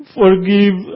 forgive